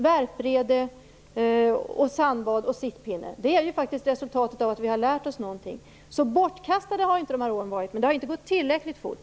Värpbräde, sandbad och sittpinne är faktiskt resultaten av att vi har lärt oss någonting. Bortkastade har alltså inte de tio gångna åren varit. Men det har inte gått tillräckligt fort.